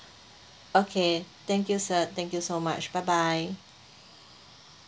okay thank you sir thank you so much bye bye